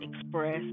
express